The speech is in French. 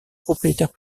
propriétaires